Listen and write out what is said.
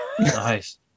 nice